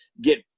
get